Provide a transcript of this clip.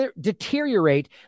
deteriorate